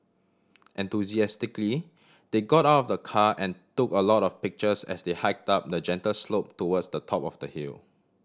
enthusiastically they got out of the car and took a lot of pictures as they hiked up the gentle slope towards the top of the hill